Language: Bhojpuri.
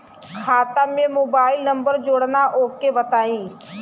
खाता में मोबाइल नंबर जोड़ना ओके बताई?